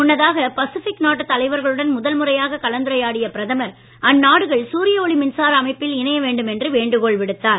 முன்னதாக பசிபிக் நாட்டு தலைவர்களுடன் முதல்முறையாக கலந்துரையாடிய பிரதமர் அந்நாடுகள் சூரிய ஒளி மின்சார அமைப்பில் இணைய வேண்டும் என்று வேண்டுகோள் விடுத்தார்